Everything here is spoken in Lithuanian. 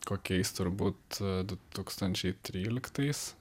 kokiais turbūt du tūkstančiai tryliktais